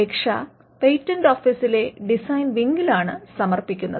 അപേക്ഷ പേറ്റന്റ് ഓഫീസിലെ ഡിസൈൻ വിങ്ങിലാണ് സമർപ്പിക്കുന്നത്